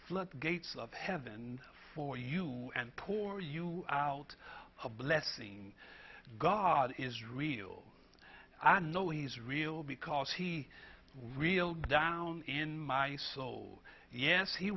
flood gates of heaven for you and poor you out of blessing god is real i know he's real because he real down in my soul yes he